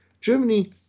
Germany